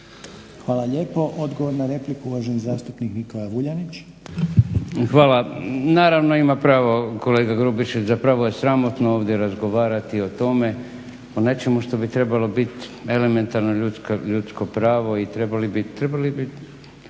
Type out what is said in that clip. **Vuljanić, Nikola (Hrvatski laburisti - Stranka rada)** Hvala. Naravno, ima pravo kolega Grubišić, zapravo je sramotno ovdje razgovarati o tome, o nečemu što bi trebalo bit elementarno ljudsko pravo i trebali bi